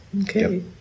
Okay